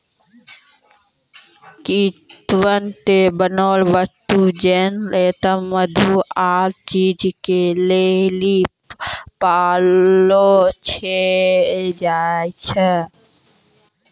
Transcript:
कीड़ा से बनलो वस्तु जेना रेशम मधु आरु चीज के लेली पाललो जाय छै